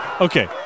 okay